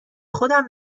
خودم